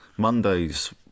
Monday's